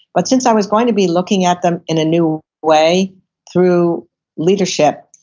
but since i was going to be looking at them in a new way through leadership,